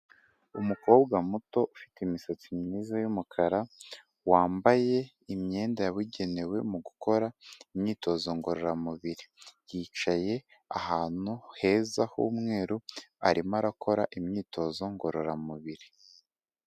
Umukobwa muto ufite imisatsi myiza y'umukara, wambaye imyenda yabugenewe mu gukora imyitozo ngororamubiri, yicaye ahantu heza humweru arimo arakora imyitozo ngororamubiri.